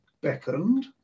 beckoned